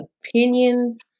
opinions